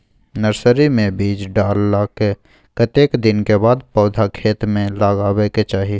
Nursery मे बीज डाललाक कतेक दिन के बाद पौधा खेत मे लगाबैक चाही?